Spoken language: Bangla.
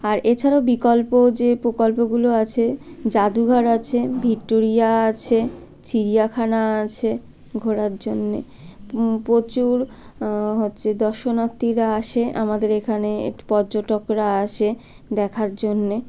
আর এছাড়াও বিকল্প যে প্রকল্পগুলো আছে জাদুঘর আছে ভিক্টোরিয়া আছে চিড়িয়াখানা আছে ঘোরার জন্যে প্রচুর হচ্ছে দর্শনার্থীরা আসে আমাদের এখানে এ পর্যটকরা আসে দেখার জন্য